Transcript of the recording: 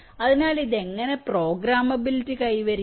അതിനാൽ ഇത് എങ്ങനെ പ്രോഗ്രാമബിലിറ്റി കൈവരിക്കും